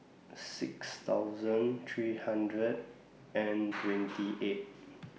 six thousand three hundred and twenty eight